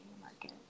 market